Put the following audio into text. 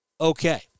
okay